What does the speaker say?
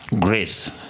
grace